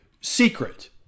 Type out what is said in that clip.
secret